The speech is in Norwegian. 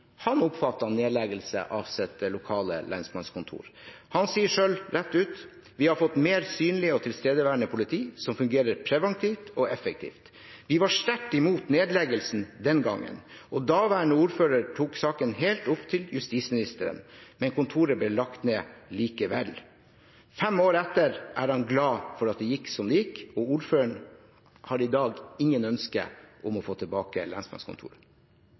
han oppfatter nedleggelsen av sitt lokale lensmannskontor. Han sier selv rett ut, til avisen Nordlys: «Vi har fått mer synlig og tilstedeværende politi, som fungerer preventivt og effektivt.» Videre sier han: «Vi var sterkt imot nedleggelsen den gangen, og daværende ordfører tok saken helt opp til justisministeren. Men kontoret ble nedlagt likevel.» Fem år etter er han glad for at det gikk som det gikk, og ordføreren har i dag ingen ønsker om å få tilbake lensmannskontoret.